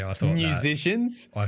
musicians